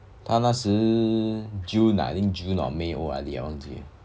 他那时 june ah I think june or may O_R_D 我忘记 liao